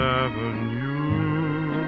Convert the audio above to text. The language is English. avenue